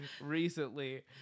recently